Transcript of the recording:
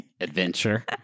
adventure